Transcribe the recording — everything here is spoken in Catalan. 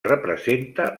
representa